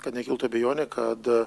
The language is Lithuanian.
kad nekiltų abejonių kad